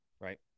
right